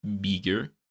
bigger